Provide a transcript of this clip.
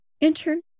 Enter